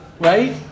right